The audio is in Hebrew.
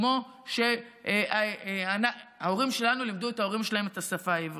כמו שההורים שלנו לימדו את ההורים שלהם את השפה העברית.